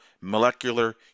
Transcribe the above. molecular